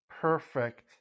perfect